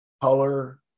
color